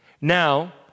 Now